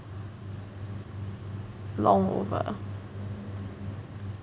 long over